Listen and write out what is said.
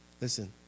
Listen